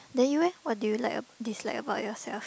then you eh what do you like or dislike about yourself